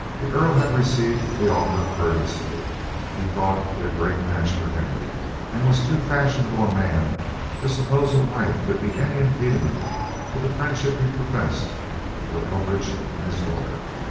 the earl had received the offer courteously he thought it a great match for henry and was too fashionable a man to suppose a wife could be any impediment to the friendship he professed for eldridge and his daughter.